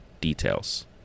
details